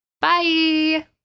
Bye